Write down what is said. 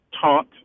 taught